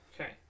Okay